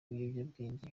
ibiyobyabwenge